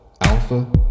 Alpha